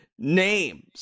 names